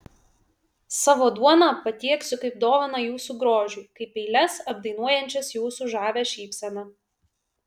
savo duoną patieksiu kaip dovaną jūsų grožiui kaip eiles apdainuojančias jūsų žavią šypseną